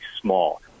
small